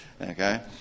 Okay